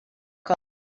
call